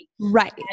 right